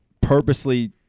purposely